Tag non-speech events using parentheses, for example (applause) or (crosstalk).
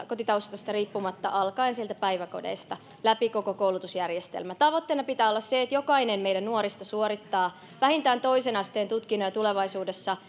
(unintelligible) kotitaustasta riippumatta alkaen sieltä päiväkodeista ja läpi koko koulutusjärjestelmän tavoitteena pitää olla se että jokainen meidän nuorista suorittaa vähintään toisen asteen tutkinnon ja tulevaisuudessa (unintelligible)